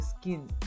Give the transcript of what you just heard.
skin